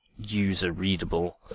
user-readable